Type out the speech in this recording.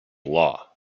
law